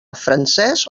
francès